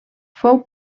fou